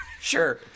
Sure